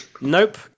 Nope